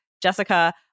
Jessica